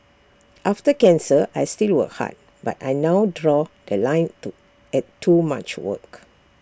after cancer I still work hard but I now draw The Line too at too much work